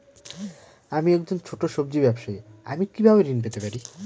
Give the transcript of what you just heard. আমি একজন ছোট সব্জি ব্যবসায়ী আমি কিভাবে ঋণ পেতে পারি?